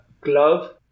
glove